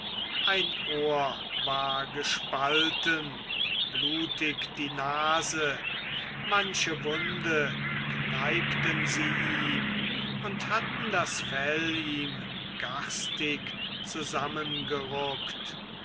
ein ohr war gespalten und blutig die nase manche wunde kneipten sie ihm und hatten das fell ihm garstig zusammengeruckt